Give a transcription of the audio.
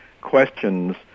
questions